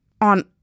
on